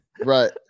Right